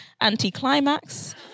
anti-climax